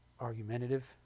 argumentative